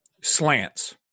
slants